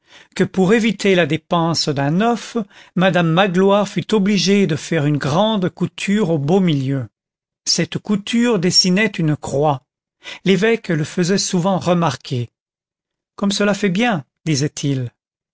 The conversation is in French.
que pour éviter la dépense d'un neuf madame magloire fut obligée de faire une grande couture au beau milieu cette couture dessinait une croix l'évêque le faisait souvent remarquer comme cela fait bien disait-il